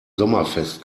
sommerfest